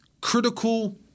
critical